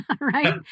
right